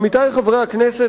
עמיתי חברי הכנסת,